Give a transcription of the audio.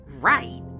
Right